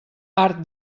art